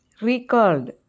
recalled